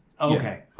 okay